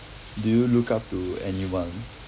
do you look up to anyone